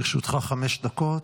לרשותך חמש דקות.